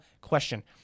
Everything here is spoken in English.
question